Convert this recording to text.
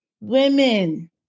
women